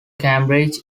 cambridge